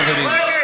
חברים,